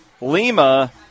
Lima